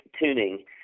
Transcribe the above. tuning